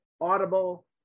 Audible